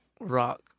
rock